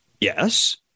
Yes